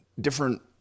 different